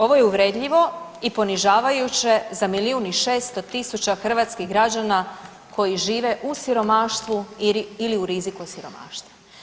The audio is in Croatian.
Ovo je uvredljivo i ponižavajuće za milijun i 600 tisuća hrvatskih građana koji žive u siromaštvu ili u riziku od siromaštva.